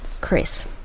Chris